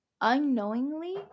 unknowingly